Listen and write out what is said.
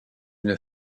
une